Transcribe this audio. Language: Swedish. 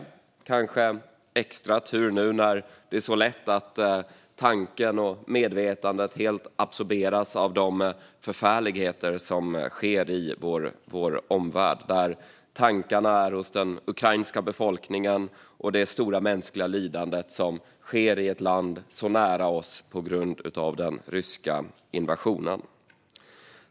Det är kanske extra tur nu när det är lätt att tanken och medvetandet helt absorberas av de förfärligheter som sker i vår omvärld. Tankarna är hos den ukrainska befolkningen - det är ett stort mänskligt lidande på grund av den ryska invasionen i ett land så nära oss.